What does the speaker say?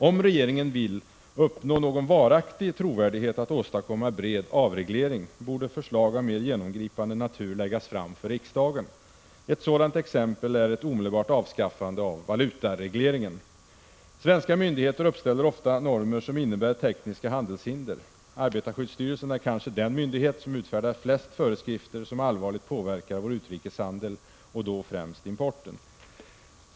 Om regeringen vill uppnå någon varaktig trovärdighet att åstadkomma bred avreglering, borde förslag av mer genomgripande natur läggas fram för riksdagen. Ett sådant exempel är ett omedelbart avskaffande av valutaregleringen. Svenska myndigheter uppställer ofta normer som innebär tekniska handelshinder. Arbetarskyddsstyrelsen är kanske den myndighet som utfärdar flest föreskrifter som allvarligt påverkar vår utrikeshandel och då främst importen.